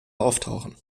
auftauchen